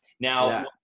Now